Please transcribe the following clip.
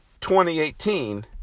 2018